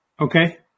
Okay